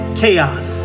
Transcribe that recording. chaos